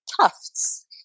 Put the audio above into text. tufts